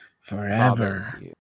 forever